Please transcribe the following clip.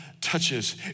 touches